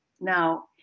Now